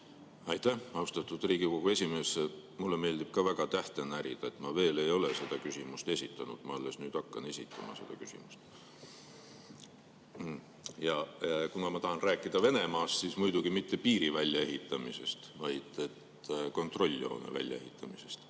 Aitäh, austatud Riigikogu esimees! Mulle meeldib ka väga tähte närida. Ma veel ei ole seda küsimust esitanud, ma alles nüüd hakkan esitama seda küsimust. Ja kuna ma tahan rääkida Venemaast, siis muidugi mitte piiri väljaehitamisest, vaid kontrolljoone väljaehitamisest.